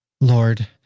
Lord